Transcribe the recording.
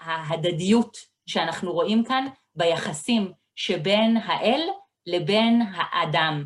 ההדדיות שאנחנו רואים כאן ביחסים שבין האל לבין האדם.